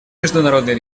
международной